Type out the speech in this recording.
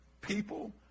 people